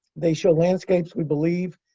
they show landscapes, we believe,